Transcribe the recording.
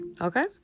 okay